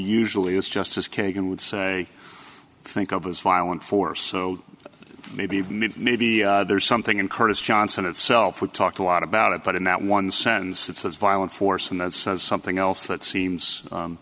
usually is just as kagan would say think of as violent force so maybe maybe there's something in curtis johnson itself we talk a lot about it but in that one sense it's a violent force and that's something else that seems